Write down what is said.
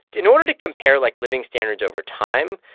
in order to compare, like, living standards over time,